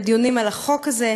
בדיונים על החוק הזה,